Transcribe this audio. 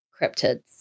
cryptids